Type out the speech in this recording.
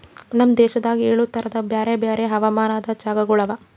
ನಮ್ ದೇಶದಾಗ್ ಏಳು ತರದ್ ಬ್ಯಾರೆ ಬ್ಯಾರೆ ಹವಾಮಾನದ್ ಜಾಗಗೊಳ್ ಅವಾ